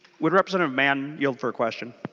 with representative mann yield for question?